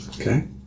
Okay